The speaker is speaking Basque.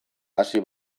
hasi